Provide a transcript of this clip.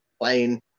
playing